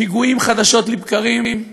פיגועים חדשות לבקרים,